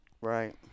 right